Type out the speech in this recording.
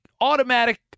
automatic